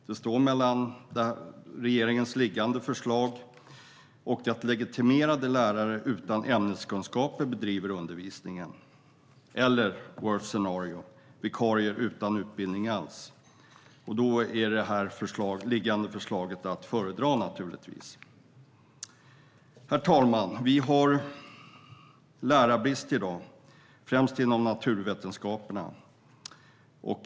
Det står mellan regeringens liggande förslag och att legitimerade lärare utan ämneskunskaper bedriver undervisningen, eller - det värsta scenariot - vikarier som inte har någon utbildning alls. Då är naturligtvis det här liggande förslaget att föredra. Herr talman! Vi har lärarbrist i dag, främst inom naturvetenskaperna.